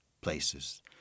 places